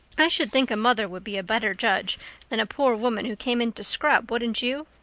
i should think a mother would be a better judge than a poor woman who came in to scrub, wouldn't you?